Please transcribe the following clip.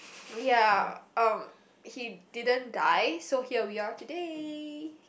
ya um he didn't die so here we are today